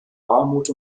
armut